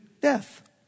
death